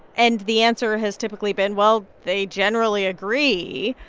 and the answer has typically been, well, they generally agree.